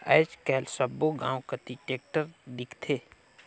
आएज काएल सब्बो गाँव कती टेक्टर दिखथे